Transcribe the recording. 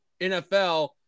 NFL